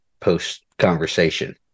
post-conversation